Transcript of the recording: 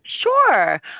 Sure